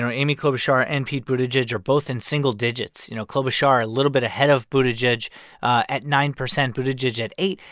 amy klobuchar and pete buttigieg are both in single digits you know, klobuchar a little bit ahead of buttigieg at nine percent, buttigieg at eight.